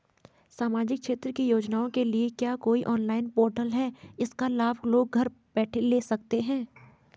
सामाजिक क्षेत्र की योजनाओं के लिए क्या कोई ऑनलाइन पोर्टल है इसका लाभ लोग घर बैठे ले सकते हैं?